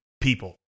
people